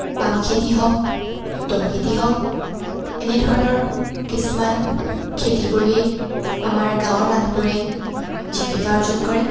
বাম খেতি হওঁক দ খেতি হওঁক এনেধৰণৰ কিছুমান খেতি কৰিয়েই আমাৰ গাৱঁৰ মানুহবোৰে জীৱিকা অৰ্জন কৰে